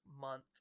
month